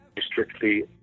strictly